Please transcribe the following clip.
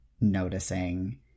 noticing